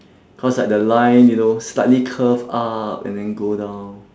cause like the line you know slightly curve up and then go down